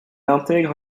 intègre